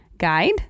guide